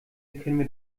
können